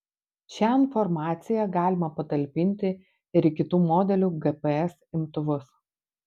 šią informaciją galima patalpinti ir į kitų modelių gps imtuvus